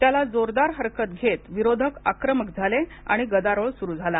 त्याला जोरदार हरकत घेत विरोधक आक्रमक झाले आणि गदारोळ सुरु झाला